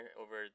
over